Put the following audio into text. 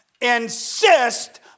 insist